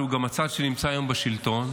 הוא גם הצד שנמצא היום בשלטון,